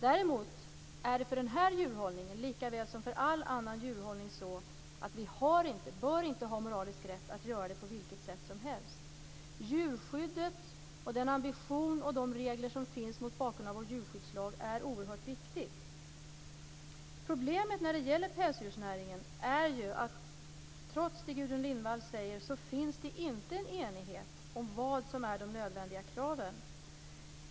Däremot bör vi inte ha moralisk rätt att bedriva denna djurhållning, likväl som all annan djurhållning, på vilket sätt som helst. Djurskyddet och den ambition och de regler som finns mot bakgrund av vår djurskyddslag är oerhört viktigt. Problemet med pälsdjursnäringen är att det, trots vad Gudrun Lindvall säger, inte finns någon enighet om vad som är de nödvändiga kraven.